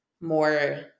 more